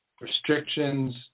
Restrictions